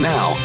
Now